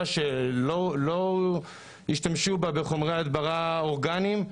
שלא השתמשו בה בחומרי הדברה אורגניים,